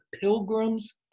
pilgrims